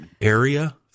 Area